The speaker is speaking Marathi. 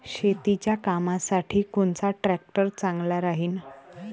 शेतीच्या कामासाठी कोनचा ट्रॅक्टर चांगला राहीन?